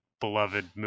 beloved